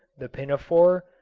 the pinafore,